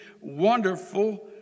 wonderful